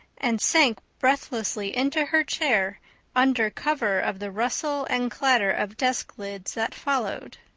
and sank breathlessly into her chair under cover of the rustle and clatter of desk lids that followed.